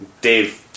Dave